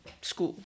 school